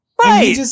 Right